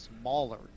smaller